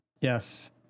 yes